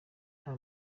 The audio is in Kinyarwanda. nta